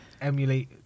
emulate